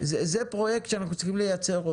זה פרויקט שאנחנו צריכים לייצר.